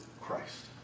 Christ